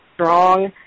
strong